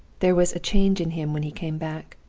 there was a change in him when he came back.